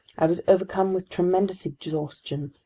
i was overcome with tremendous exhaustion.